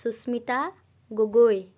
Sushmita Gogoi